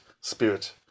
spirit